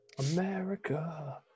America